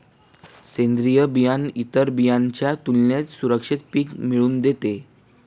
सेंद्रीय बियाणं इतर बियाणांच्या तुलनेने सुरक्षित पिक मिळवून देते